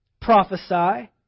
prophesy